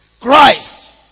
Christ